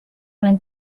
olen